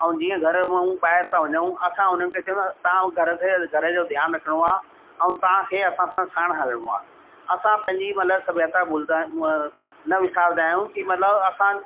ऐं जीअं घर मां ॿाहिरि था वञऊं असां हुननि खे चऊं था घर खे घर जो ध्यानु रखिणो आहे ऐं तव्हां खे असां सां साणु हलिणो आहे असां पंहिंजी मतिलबु सभ्यता भुलंदा न विसारींदा आहियूं की मतिलबु असां